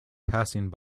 passing